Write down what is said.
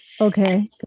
Okay